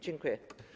Dziękuję.